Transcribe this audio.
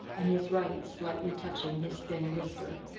and his right slightly touching his thin whisker.